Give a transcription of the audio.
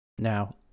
Now